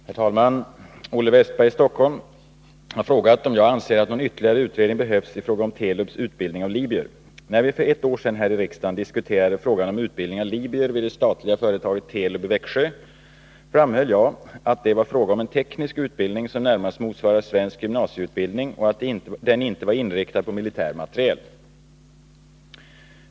Herr talman! Olle Wästberg i Stockholm har frågat om jag anser att någon ytterligare utredning behövs i fråga om Telubs utbildning av libyer. När vi för ett år sedan här i riksdagen diskuterade frågan om utbildning av libyer vid det statliga företaget Telub i Växjö framhöll jag att det var fråga om en teknisk utbildning som närmast motsvarar svensk gymnasieutbildning och att den inte var inriktad på militär materiel.